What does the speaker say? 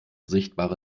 sichtbare